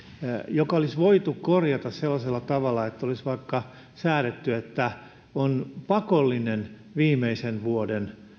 joka olisi voitu korjata sellaisella tavalla että olisi vaikka säädetty niin että on pakollinen viimeisen vuoden